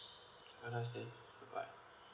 have a nice day bye